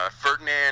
Ferdinand